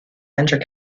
venture